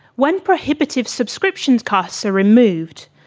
when prohibitive subscription costs are removed,